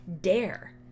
dare